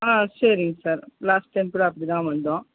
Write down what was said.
ம் சரிங் sir last time கூட அப்படிதான் வந்தோம்